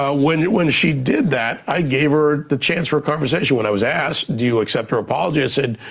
ah when when she did that, i gave her the chance for a conversation. when i was asked, do you accept her apology, i said,